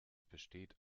besteht